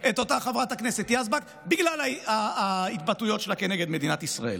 את אותה חברת הכנסת יזבק בגלל ההתבטאויות שלה כנגד מדינת ישראל.